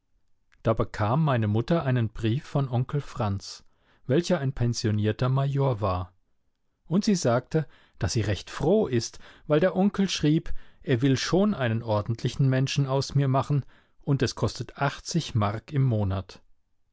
da bekam meine mutter einen brief von onkel franz welcher ein pensionierter major war und sie sagte daß sie recht froh ist weil der onkel schrieb er will schon einen ordentlichen menschen aus mir machen und es kostet achtzig mark im monat